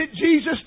Jesus